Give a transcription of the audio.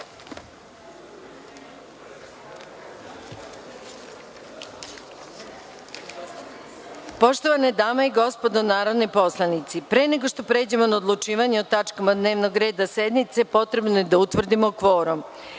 godini. Poštovane dame i gospodo narodni poslanici, pre nego što pređemo na odlučivanje o tačkama dnevnog reda sednice, potrebno je da utvrdimo